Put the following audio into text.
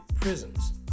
prisons